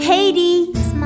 Hades